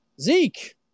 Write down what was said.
Zeke